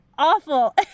Awful